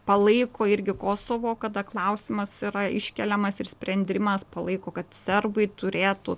palaiko irgi kosovo kada klausimas yra iškeliamas ir sprendimas palaiko kad serbai turėtų